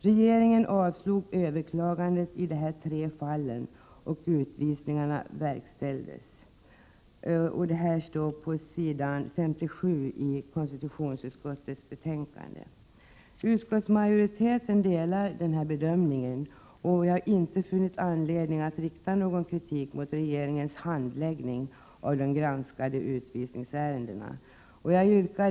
Regeringen avslog överklagandet i de här tre fallen, och utvisningarna verkställdes.” Detta står på s. 57 i konstitutionsutskottets betänkande 40 bilagedel B. Utskottsmajoriteten delar den bedömningen och har inte funnit anledning att rikta någon kritik mot regeringens handläggning av de granskade utvisningsärendena. Fru talman!